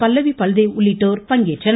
பல்லவி பல்தேவ் உள்ளிட்டோர் பங்கேற்றனர்